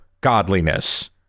godliness